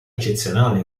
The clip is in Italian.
eccezionale